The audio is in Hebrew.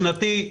שנתי.